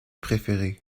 préféré